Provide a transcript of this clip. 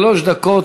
שלוש דקות,